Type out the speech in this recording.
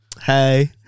Hey